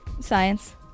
science